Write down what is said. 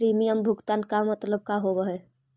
Premium भुगतान मतलब का होव हइ?